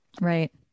Right